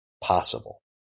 possible